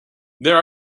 there